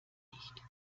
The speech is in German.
nicht